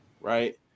Right